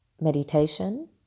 meditation